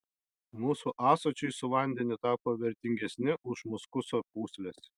mūsų ąsočiai su vandeniu tapo vertingesni už muskuso pūsles